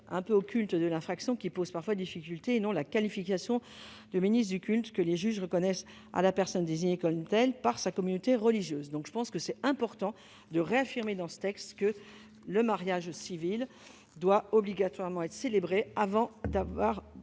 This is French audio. un peu occulte de l'infraction qui pose parfois difficulté et non la qualification de ministre du culte, qui pour les juges est la personne reconnue comme telle par sa communauté religieuse. Voilà pourquoi il est important de réaffirmer dans ce texte que le mariage civil doit obligatoirement être célébré avant d'organiser